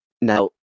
Now